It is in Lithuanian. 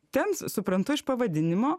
ten suprantu iš pavadinimo